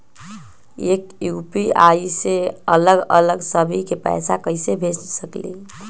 एक यू.पी.आई से अलग अलग सभी के पैसा कईसे भेज सकीले?